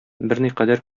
берникадәр